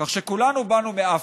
כך שכולנו באנו מאפריקה.